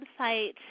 website